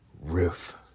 roof